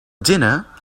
dinner